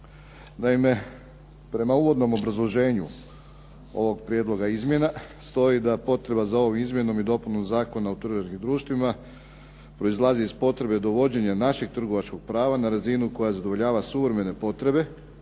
Naime, prema uvodnom obrazloženju ovog prijedloga izmjena stoji da potreba za ovom izmjenom i dopunom Zakona o trgovačkim društvima proizlazi iz potrebe dovođenja našeg trgovačkog prava na razinu koja zadovoljava suvremene potrebe.